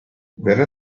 verrà